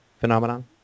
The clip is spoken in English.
phenomenon